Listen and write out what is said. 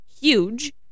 huge